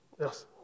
Yes